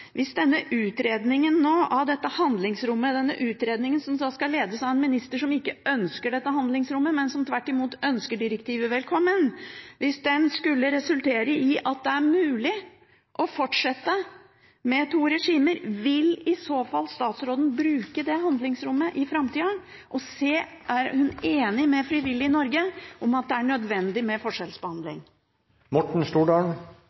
Hvis utredningen av dette handlingsrommet – denne utredningen som skal ledes av en minister som ikke ønsker dette handlingsrommet, men som tvert imot ønsker direktivet velkommen – skulle resultere i at det er mulig å fortsette med to regimer, vil i så fall statsråden bruke det handlingsrommet i framtida? Er hun enig med Frivillighet Norge i at det er nødvendig med